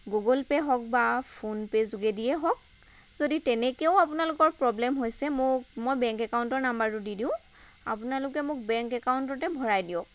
Google pay হওঁক বা phone pay যোগেদিয়েই হওঁক যদি তেনেকেও আপোনালোকৰ প্ৰব্লেম হৈছে মোক বেংক একাউণ্টৰ নাম্বাৰটো দি দিওঁ আপোনালোকে মোক বেংক একাউণ্টতে ভৰাই দিয়ক